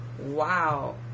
wow